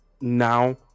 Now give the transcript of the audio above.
now